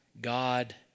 God